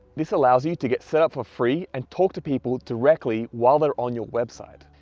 this allows you to get set up for free and talk to people directly while they're on your website.